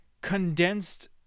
condensed